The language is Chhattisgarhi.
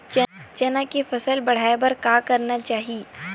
चना के फसल बढ़ाय बर का करना चाही?